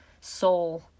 soul